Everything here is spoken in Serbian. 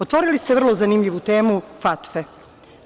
Otvorili ste vrlo zanimljivu temu – FATF-a.